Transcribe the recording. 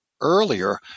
earlier